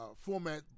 format